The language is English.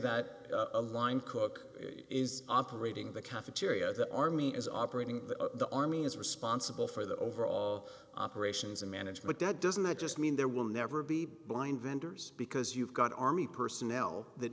that a line cook is operating the cafeteria the army is operating the army is responsible for the overall operations and management that doesn't just mean there will never be blind vendors because you've got army personnel that